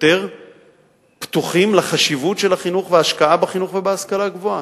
הם יותר פתוחים לחשיבות של החינוך וההשקעה בחינוך ובהשכלה גבוהה.